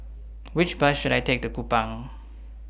Which Bus should I Take to Kupang